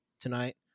Tonight